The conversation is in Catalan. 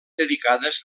dedicades